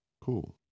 Cool